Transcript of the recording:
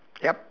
yup